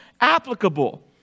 applicable